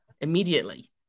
immediately